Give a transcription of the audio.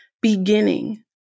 beginning